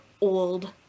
old